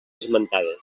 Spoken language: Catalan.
esmentades